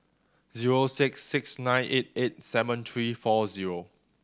zero six six nine eight eight seven three four zero